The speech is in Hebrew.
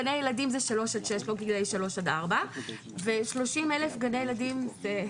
גני ילדים זה 3 עד 6. לא גילאי 3 עד 4. ו-30,000 גני ילדים זה,